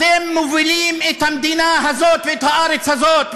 אתם מובילים את המדינה הזאת ואת הארץ הזאת,